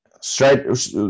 straight